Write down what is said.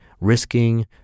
risking